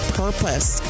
purpose